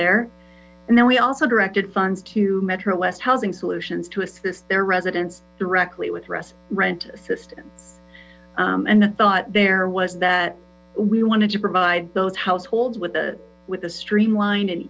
partnership there we also directed funds to metro west housing solutions to assist their residents directly with rescue rent assistance and the thought there was that we wanted to provide those households with a with a streamlined and